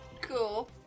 Cool